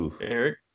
Eric